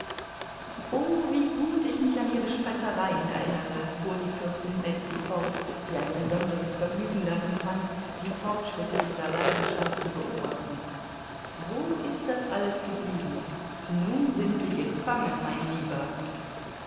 oh wie gut ich mich an ihre spöttereien erinnere fuhr die fürstin betsy fort die ein besonderes vergnügen darin fand die fortschritte dieser leidenschaft zu beobachten wo ist das alles geblieben nun sind sie gefangen mein lieber